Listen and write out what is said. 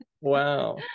wow